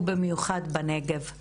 ובמיוחד בנגב.